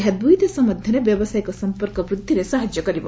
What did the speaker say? ଏହା ଦୁଇ ଦେଶ ମଧ୍ୟରେ ବ୍ୟବସାୟୀକ ସମ୍ପର୍କ ବୃଦ୍ଧିରେ ସାହାଯ୍ୟ କରିବ